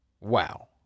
Wow